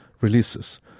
releases